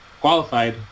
qualified